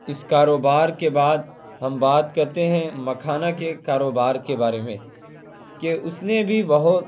اس کاروبار کے بعد ہم بات کرتے ہیں مکھانہ کے کاروبار کے بارے میں کہ اس نے بھی بہت